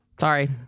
Sorry